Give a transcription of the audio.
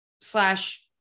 slash